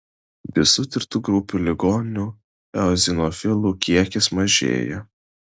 visų tirtų grupių ligonių eozinofilų kiekis mažėja